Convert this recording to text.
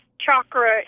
chakra